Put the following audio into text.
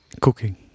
Cooking